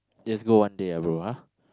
let's go one day ah bro ah